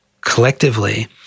collectively